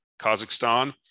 Kazakhstan